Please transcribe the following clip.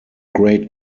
great